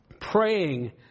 praying